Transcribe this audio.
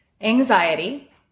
anxiety